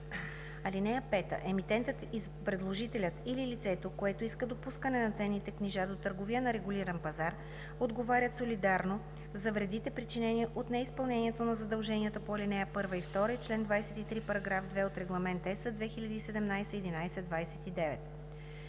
книжа. (5) Емитентът, предложителят или лицето, което иска допускане на ценните книжа до търговия на регулиран пазар, отговарят солидарно за вредите, причинени от неизпълнението на задълженията по ал. 1 и 2 и чл. 23, параграф 2 от Регламент (EС) 2017/1129.